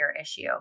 issue